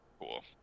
cool